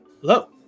hello